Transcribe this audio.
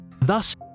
Thus